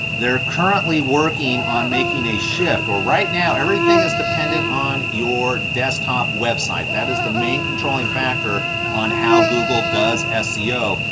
they are currently working on making a shift. where, right now everything is dependent on your desktop website. that is the main controlling factor on how google does as seo.